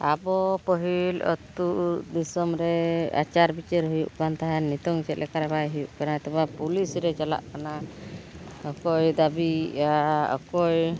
ᱟᱵᱚ ᱯᱟᱹᱦᱤᱞ ᱟᱛᱳ ᱫᱤᱥᱚᱢ ᱨᱮ ᱟᱪᱟᱨ ᱵᱤᱪᱟᱹᱨ ᱦᱩᱭᱩᱜ ᱠᱟᱱ ᱛᱟᱦᱮᱱ ᱱᱤᱛᱳᱜ ᱪᱮᱫ ᱞᱮᱠᱟᱨᱮ ᱵᱟᱭ ᱦᱩᱭᱩᱜ ᱠᱟᱱᱟ ᱛᱚᱵᱮ ᱯᱩᱞᱤᱥ ᱨᱮ ᱪᱟᱞᱟᱜ ᱠᱟᱱᱟ ᱚᱠᱚᱭ ᱫᱟᱹᱵᱤ ᱮᱫᱟᱭ ᱚᱠᱚᱭ